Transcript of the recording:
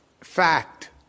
Fact